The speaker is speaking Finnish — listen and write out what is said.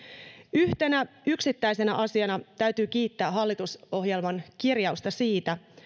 yhtenä yksittäisenä asiana täytyy kiittää hallitusohjelman kirjausta siitä